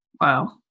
Wow